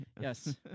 Yes